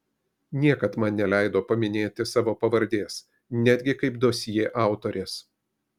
niekad man neleido paminėti savo pavardės netgi kaip dosjė autorės